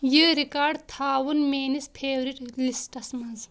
یہِ ریکارڈ تھاوُن میٲنِس فیورٹ لسٹس منٛز